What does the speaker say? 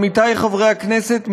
עמיתי חברי הכנסת,